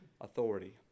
authority